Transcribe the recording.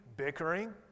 bickering